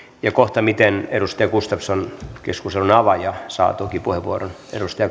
ja kohtamiten edustaja gustafsson keskustelun avaaja saa toki puheenvuoron